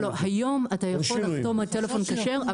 היום אתה יכול לחתום על טלפון כשר,